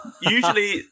usually